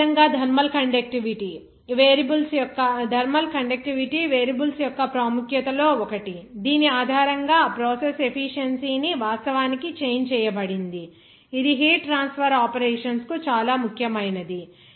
అదేవిధంగా thermal conductivity variables యొక్క ప్రాముఖ్యతలో ఒకటి దీని ఆధారంగా ఆ ప్రాసెస్ ఎఫిషియన్సీ వాస్తవానికి చేంజ్ చేయబడింది ఇది హీట్ ట్రాన్స్ఫర్ ఆపరేషన్స్ కు ఇది చాలా ముఖ్యమైనది